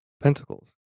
pentacles